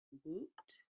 woot